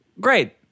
Great